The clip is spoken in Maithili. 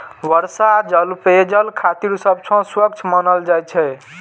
वर्षा जल पेयजल खातिर सबसं स्वच्छ मानल जाइ छै